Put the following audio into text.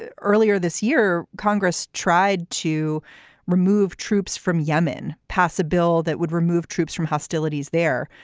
ah earlier this year, congress tried to remove troops from yemen, pass a bill that would remove troops from hostilities there,